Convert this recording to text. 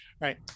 Right